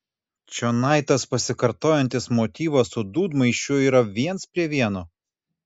čionai tas pasikartojantis motyvas su dūdmaišiu yra viens prie vieno